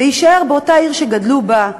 להישאר באותה עיר שגדלו בה,